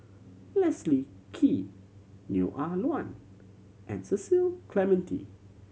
Leslie Kee Neo Ah Luan and Cecil Clementi